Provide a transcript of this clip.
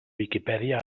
viquipèdia